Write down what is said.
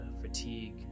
fatigue